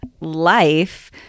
life